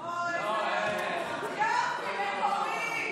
ערב טוב.)